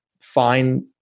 find